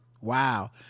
Wow